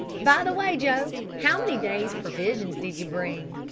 by the way, joe, how many days' provisions did ye bring?